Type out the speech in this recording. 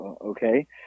okay